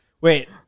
wait